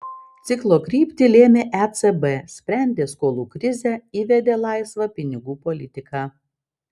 ciklo kryptį lėmė ecb sprendė skolų krizę įvedė laisvą pinigų politiką